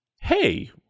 hey